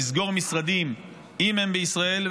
לסגור משרדים אם הם בישראל,